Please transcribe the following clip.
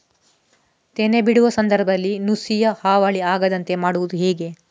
ತೆನೆ ಬಿಡುವ ಸಂದರ್ಭದಲ್ಲಿ ನುಸಿಯ ಹಾವಳಿ ಆಗದಂತೆ ಮಾಡುವುದು ಹೇಗೆ?